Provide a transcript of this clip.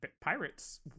pirates